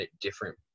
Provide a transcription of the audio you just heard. different